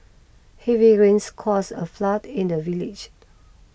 heavy rains cause a flood in the village